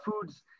foods